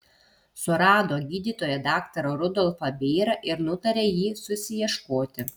surado gydytoją daktarą rudolfą bėrą ir nutarė jį susiieškoti